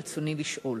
רצוני לשאול: